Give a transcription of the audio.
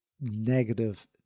negative